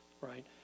right